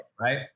Right